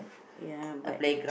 ya but